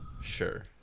Sure